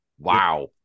Wow